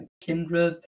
Kindred